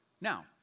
Now